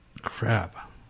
Crap